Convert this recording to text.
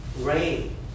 rain